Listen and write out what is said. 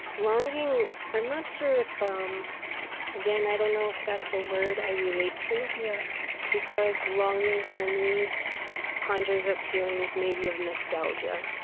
longing i'm not sure if ah um again, i don't know if that's a word i relate to yeah because longing for me conjures up feelings maybe of nostalgia,